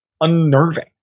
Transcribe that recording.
unnerving